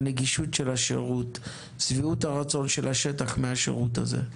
הנגישות של השירות ושביעות הרצון של השטח מהשירות הזה.